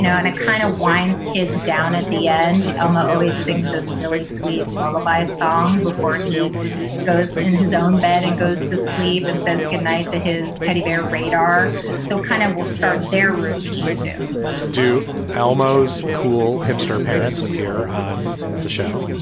know, in a kind of wines, kids down at the end, elma always sings this really sweet bahlul by a song before he goes in his own bed and goes to sleep and says goodnight to his teddy bear radar so kind of will start their routine to do elmo's cool hipster parents up here on the show